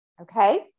okay